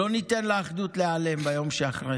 לא ניתן לאחדות להיעלם ביום שאחרי.